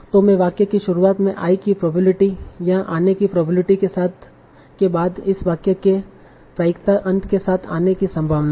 तों में वाक्य की शुरुआत मे i की प्रोबेबिलिटी यहाँ आने की प्रोबेबिलिटी के बाद इस वाक्य के प्रायिकता अंत के साथ आने की संभावना है